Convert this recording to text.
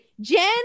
Jen